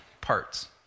parts